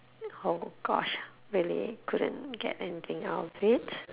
oh gosh really couldn't get anything out of it